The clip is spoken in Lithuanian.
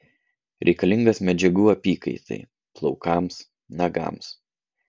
reikalingas medžiagų apykaitai plaukams nagams